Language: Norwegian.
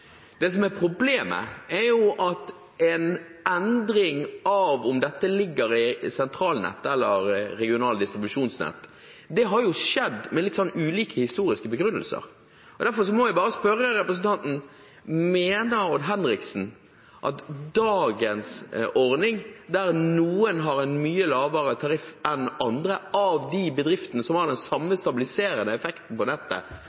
Det som er problemet, er at en endring av om dette ligger i sentralnettet eller regionalt distribusjonsnett, har skjedd med litt ulike historiske begrunnelser. Derfor må jeg spørre representanten: Mener Odd Henriksen at dagens ordning, der noen har en mye lavere tariff enn andre av de bedriftene som har den samme stabiliserende effekten på nettet,